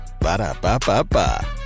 Ba-da-ba-ba-ba